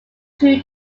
two